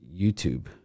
YouTube